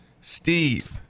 Steve